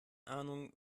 ahnung